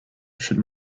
should